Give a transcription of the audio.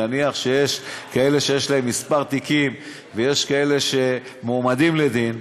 נניח שיש כאלה שיש להם כמה תיקים ויש כאלה שמועמדים לדין,